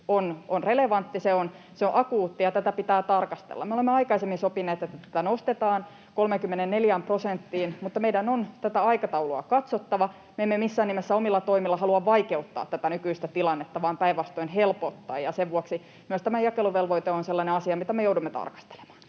on relevantti. Se on akuutti, ja tätä pitää tarkastella. Me olemme aikaisemmin sopineet, että tätä nostetaan 34 prosenttiin, mutta meidän on tätä aikataulua katsottava. Me emme missään nimessä omilla toimillamme halua vaikeuttaa tätä nykyistä tilannetta vaan päinvastoin helpottaa, ja sen vuoksi myös tämä jakeluvelvoite on sellainen asia, mitä me joudumme tarkastelemaan.